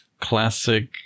classic